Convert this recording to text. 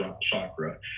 chakra